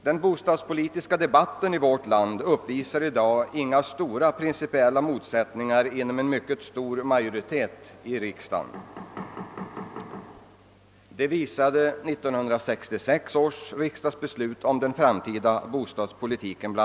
Den bostadspolitiska debatten i vårt land uppvisar i dag inga större principiella motsättningar inom en mycket stor majoritet i riksdagen. Det visade bl.a. 1966 års riksdagsbeslut om den framtida bostadspolitiken.